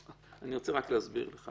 אני רוצה להסביר לך